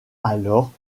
alors